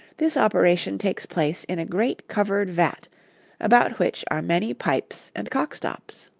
this operation takes place in a great covered vat about which are many pipes and stop-cocks.